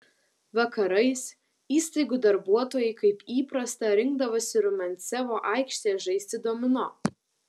vakarais įstaigų darbuotojai kaip įprasta rinkdavosi rumiancevo aikštėje žaisti domino